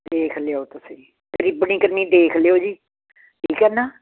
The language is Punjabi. ਦੇਖ ਲਿਓ ਤੁਸੀਂ ਗਰੀਬਣੀ ਕੰਨੀ ਦੇਖ ਲਿਓ ਜੀ ਠੀਕ ਹੈ ਨਾ